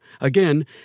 Again